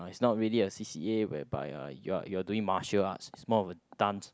but it's not really a C_c_A whereby uh you are you are doing martial arts is more of a dance